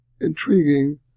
intriguing